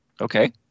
okay